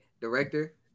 director